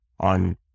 on